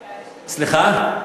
סליחה?